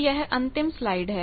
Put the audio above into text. तो यह अंतिम स्लाइड है